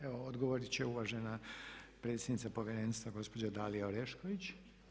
Evo, odgovorit će uvažena predsjednica povjerenstva gospođa Dalija Orešković.